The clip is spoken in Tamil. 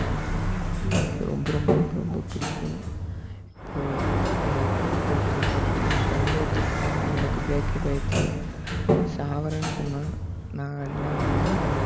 ஜிம்மு வந்து எனக்கு ரொம்ப ரொம்ப ரொம்ப ரொம்ப பிடிக்கும் இப்போது யாருக்காவது பிரேக்கப் ஆகிடுச்சுனா என் ஃப்ரண்டு ஒருத்தன் இருக்கான் அவனுக்கு பிரேக்கப் ஆகிடுச்சி அவன் சாகிறேன்னு சொன்னான் நான் அதலாம் வேணாம்